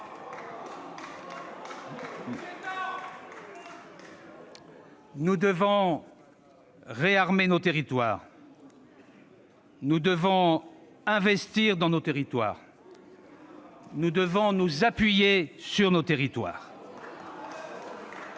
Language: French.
Nous devons réarmer nos territoires ; nous devons investir dans nos territoires, nous devons nous appuyer sur nos territoires.